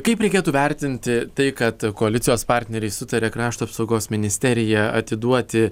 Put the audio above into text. kaip reikėtų vertinti tai kad koalicijos partneriai sutarė krašto apsaugos ministeriją atiduoti